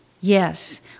Yes